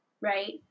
right